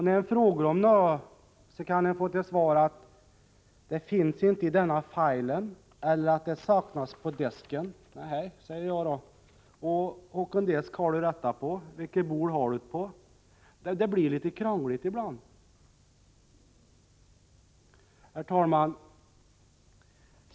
När en fråger om nöée så kann en få te svar att: ”Det finns inte i denna filen”, eller att ”det saknas på desken”. Nä hä säjjer ja da. Å håcken desk ha'ler dätta på? Vekke bo”l har du”t på? Dä blir litte kranglit i blann. Härr talman!